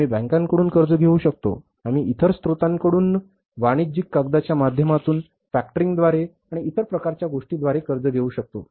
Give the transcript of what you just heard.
आम्ही बँकांकडून कर्ज घेऊ शकतो आम्ही इतर स्त्रोतांकडून वाणिज्यिक कागदाच्या माध्यमातून फॅक्टरिंगद्वारे आणि इतर प्रकारच्या गोष्टींद्वारे कर्ज घेऊ शकतो